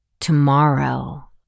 Tomorrow